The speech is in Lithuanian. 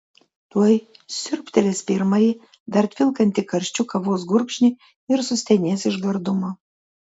tuoj siurbtelės pirmąjį dar tvilkantį karščiu kavos gurkšnį ir sustenės iš gardumo